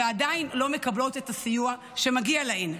ועדיין לא מקבלות את הסיוע שמגיע להן.